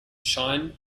shine